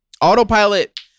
Autopilot